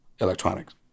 electronics